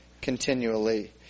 continually